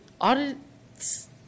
audits